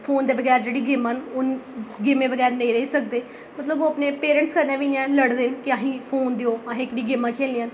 phone दे बगैर जेह्डियां गेमां न हून गेमें बगैर नेईं रेही सकदे मतलब ओह् अपने पैरेंटस कन्नै बी इ'यां लड़दे न के असें गी फोन देओ असें एह्कड़ी गेमां खेढनियां न